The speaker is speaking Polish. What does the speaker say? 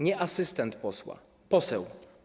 Nie asystent posła, poseł.